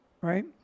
right